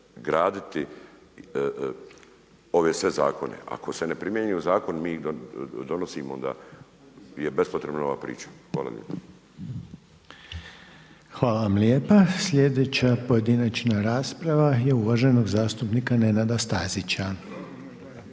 graditi ove sve zakone. Ako se ne primjenjuju zakoni a mi ih donosimo onda je bespotrebna ova priča. Hvala lijepo. **Reiner, Željko (HDZ)** Hvala vam lijepa. Sljedeća pojedinačna rasprava je uvaženog zastupnika Nenada Stazića.